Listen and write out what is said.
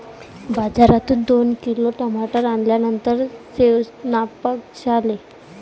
बाजारातून दोन किलो टमाटर आणल्यानंतर सेवन्पाक झाले